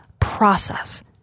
process